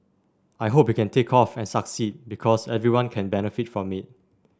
I hope it can take off and succeed because everyone can benefit from it